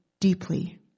deeply